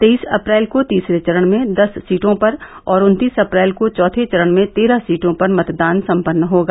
तेईस अप्रैल को तीसरे चरण में दस सीटो पर और उन्तीस अप्रैल को चौथे चरण में तेरह सीटों पर मतदान सम्पन्न होगा